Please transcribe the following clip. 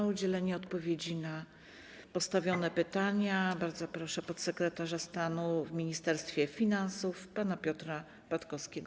O udzielenie odpowiedzi na postawione pytania bardzo proszę podsekretarza stanu w Ministerstwie Finansów pana Piotra Patkowskiego.